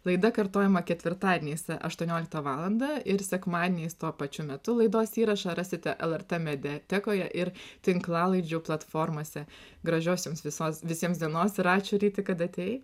laida kartojama ketvirtadieniais aštuonioliktą valandą ir sekmadieniais tuo pačiu metu laidos įrašą rasite lrt mediatekoje ir tinklalaidžių platformose gražiosioms visos visiems dienos ir ačiū ryti kad atėjai